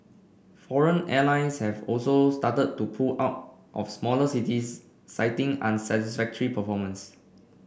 foreign airlines have also started to pull out of smaller cities citing unsatisfactory performance